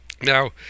Now